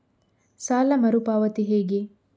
ಸಾಲದ ಮರು ಪಾವತಿ ಹೇಗೆ?